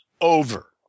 over